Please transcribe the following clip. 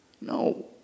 No